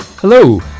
Hello